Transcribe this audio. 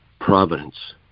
providence